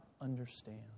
understand